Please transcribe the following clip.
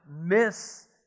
miss